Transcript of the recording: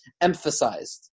emphasized